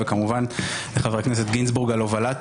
וכמובן לחבר הכנסת גינזבורג על הובלת